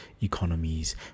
economies